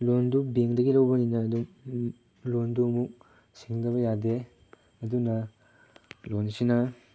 ꯂꯣꯟꯗꯨ ꯕꯦꯡꯛꯗꯒꯤ ꯂꯧꯕꯅꯤꯅ ꯑꯗꯨꯝ ꯂꯣꯟꯗꯨ ꯑꯃꯨꯛ ꯁꯤꯡꯗꯕ ꯌꯥꯗꯦ ꯑꯗꯨꯅ ꯂꯣꯟꯁꯤꯅ